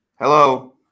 Hello